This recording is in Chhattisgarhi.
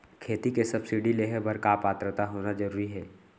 खेती के सब्सिडी लेहे बर का पात्रता होना जरूरी हे?